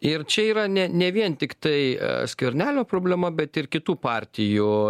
ir čia yra ne ne vien tiktai skvernelio problema bet ir kitų partijų